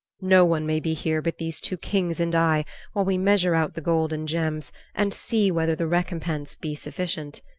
no one may be here but these two kings and i while we measure out the gold and gems and see whether the recompense be sufficient.